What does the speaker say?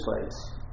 place